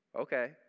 Okay